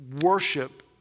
worship